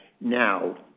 now